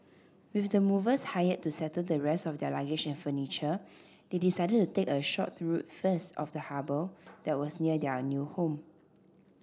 with the movers hired to settle the rest of their luggage and furniture they decided to take a short tour first of the harbour that was near their new home